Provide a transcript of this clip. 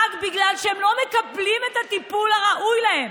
רק בגלל שהם לא מקבלים את הטיפול הראוי להם.